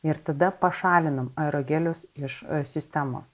ir tada pašalinam aerogelius iš sistemos